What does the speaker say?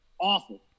Awful